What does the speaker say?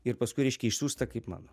ir paskui reiškia išsiųsta kaip mano